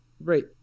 right